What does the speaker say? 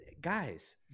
guys